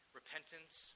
repentance